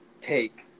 take